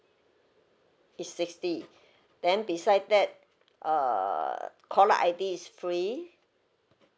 is sixty then beside that err caller I_D is free